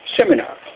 seminar